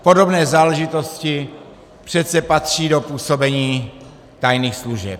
Podobné záležitosti přece patří do působení tajných služeb.